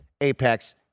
Apex